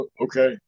Okay